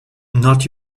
not